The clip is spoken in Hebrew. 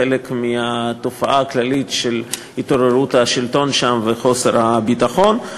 כחלק מהתופעה הכללית של התערערות השלטון שם וחוסר הביטחון.